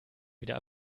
wieder